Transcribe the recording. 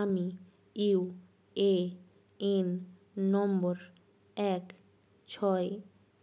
আমি U A N number এক ছয়